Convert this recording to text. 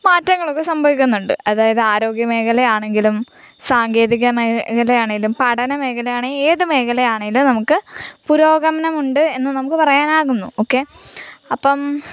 മാറ്റങ്ങളൊക്കെ സംഭവിക്കുന്നുണ്ട് അതായത് ആരോഗ്യ മേഖല ആണെങ്കിലും സാങ്കേതിക മേഖലയാണെങ്കിലും പഠന മേഖലയാണെങ്കിലും ഏത് മേഖലയാണെങ്കിലും മേഖലയാണെങ്കിലും നമുക്ക് പുരോഗമനമുണ്ട് എന്ന് നമുക്ക് പറയാനാകുന്നു ഓക്കെ അപ്പം